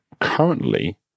Currently